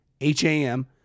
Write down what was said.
H-A-M